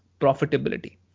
profitability